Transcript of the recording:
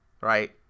right